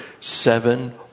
seven